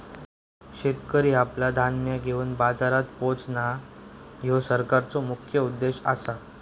शेतकरी आपला धान्य घेवन बाजारात पोचणां, ह्यो सरकारचो मुख्य उद्देश आसा